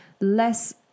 less